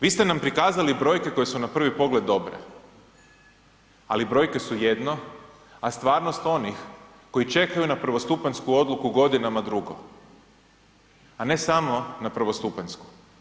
Vi ste nam prikazali brojke koje su na prvi pogled dobre, ali brojke su jedno, a stvarnost onih koji čekaju na prvostupanjsku odluku godinama drugo, a ne samo na prvostupanjsku.